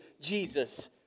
Jesus